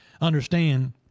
understand –